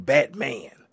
Batman